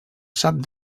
sap